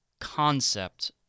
concept